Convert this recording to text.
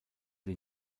die